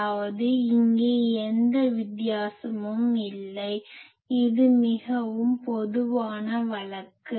அதாவது இங்கே எந்த வித்தியாசமும் இல்லை இது மிகவும் பொதுவான வழக்கு